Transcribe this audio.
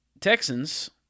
Texans